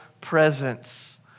presence